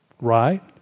Right